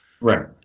Right